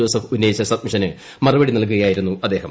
Joseph ഉന്നയിച്ച സബ്മിഷന് മറുപടി നൽകുകയായിരുന്നു അദ്ദേഹം